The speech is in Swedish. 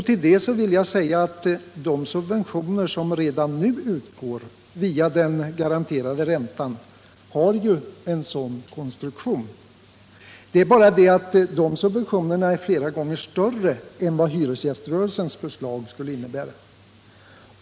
Till detta vill jag säga att de subventioner som redan nu utgår via den garanterade räntan ju har en sådan konstruktion. Det är bara det att dessa subventioner är flera gånger större än vad hyresgäströrelsens förslag skulle innebära.